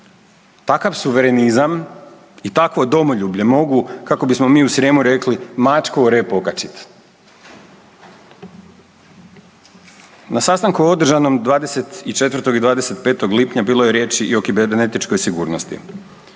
Takav suverenizam i takvo domoljublje mogu kako bismo mi u Srijemu rekli „mačku o rep okačiti“. Na sastanku održanom 24. i 25. lipnja bilo je riječi i o kibernetičkoj sigurnosti.